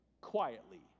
quietly